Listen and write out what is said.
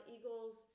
Eagles